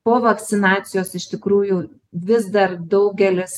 po vakcinacijos iš tikrųjų vis dar daugelis